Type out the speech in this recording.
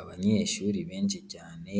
Abanyeshuri benshi cyane